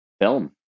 film